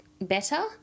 better